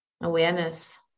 Awareness